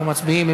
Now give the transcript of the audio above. אנחנו מצביעים.